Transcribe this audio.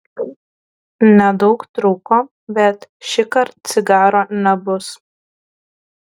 nedaug trūko bet šįkart cigaro nebus